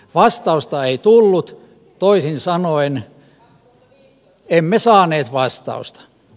vastausta ei tullut toisin sanoen emme saaneet vastausta